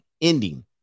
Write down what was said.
ending